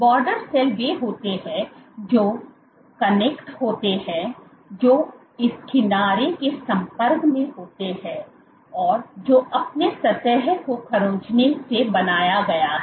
border cell वे होते हैं जो कनेक्ट होते हैं जो उस किनारे के संपर्क में होते हैं जो आपने सतह को खरोंचने से बनाया गया है